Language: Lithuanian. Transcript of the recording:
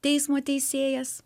teismo teisėjas